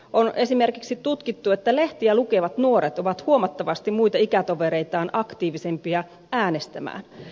on esimerkiksi tutkittu että lehtiä lukevat nuoret ovat huomattavasti muita ikätovereitaan aktiivisempia äänestämään